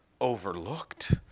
overlooked